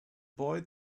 boy